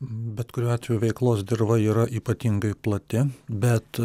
bet kuriuo atveju veiklos dirva yra ypatingai plati bet